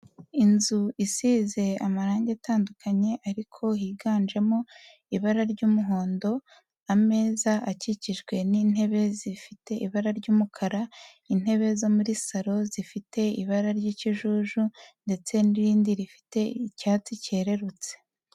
Inzu isize amarangi atandukanye ariko higanjemo ibara ry'umuhondo, ameza akikijwe n'intebe zifite ibara ry'umukara, intebe zo muri saro zifite ibara ry'ikijuju ndetse n'irindi rifite icyatsi cyerurutse.